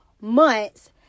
months